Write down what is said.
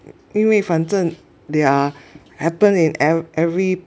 因为反正 they are happen in eve~ every